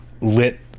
lit